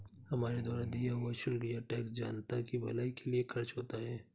हमारे द्वारा दिया हुआ शुल्क या टैक्स जनता की भलाई के लिए खर्च होता है